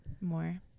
more